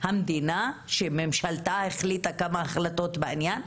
המדינה שממשלתה החליטה כמה החלטות בעניין,